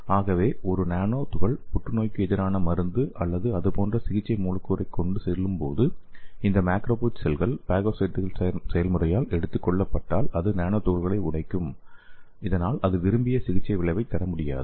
ஆகவே ஒரு நானோ துகள் புற்றுநோய்க்கு எதிரான மருந்து அல்லது அது போன்ற ஒரு சிகிச்சை மூலக்கூறைக் கொண்டு செல்லும் போது இந்த மேக்ரோபேஜ் செல்கள் பாகோசைட்டுகள் செயல்முறையால் எடுத்துக்கொள்ளப்பட்டால் அது நானோ துகள்களைக் உடைக்கும் இதனால் அது விரும்பிய சிகிச்சை விளைவைத் தர முடியாது